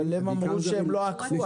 הם אמרו שהם לא עקפו.